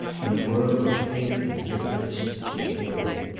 in a world of hate and bitterness she cared.